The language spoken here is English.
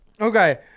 Okay